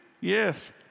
yes